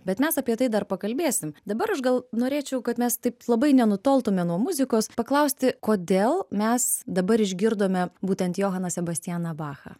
bet mes apie tai dar pakalbėsim dabar aš gal norėčiau kad mes taip labai nenutoltume nuo muzikos paklausti kodėl mes dabar išgirdome būtent johaną sebastianą bachą